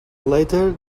later